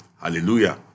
Hallelujah